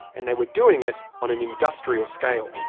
and they were doing it on an industrial scale.